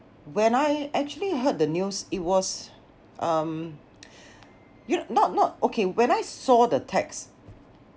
when I actually heard the news it was um you not not okay when I saw the text